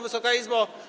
Wysoka Izbo!